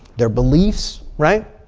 their beliefs, right.